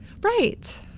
right